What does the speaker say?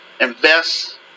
invest